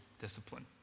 discipline